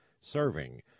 serving